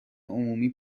عمومی